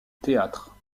théâtre